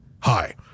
hi